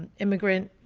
and immigrant,